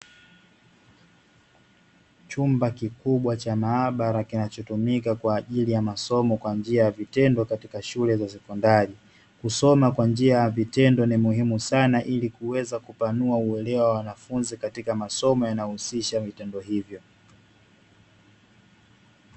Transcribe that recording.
Chumba kikubwa cha maabara kinachotumika kwajili ya masomo kwa njia ya vitendo, kusoma kwanjia ya vitendo ni muhimu sana ili kuweza kupanua uelewa wa wanafunzi katika masomo yanayohusisha vitendo hivyo.